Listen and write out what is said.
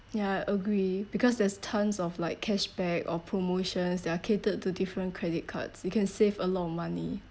yah I agree because there's tons of like cashback or promotions that are catered to different credit cards you can save a lot of money